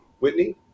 Whitney